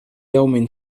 يوم